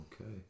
Okay